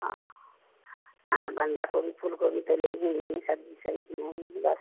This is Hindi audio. हाँ हाँ बन्धा गोभी फूल गोभी तो ले ही लिए सब्ज़ी नहीं कि बस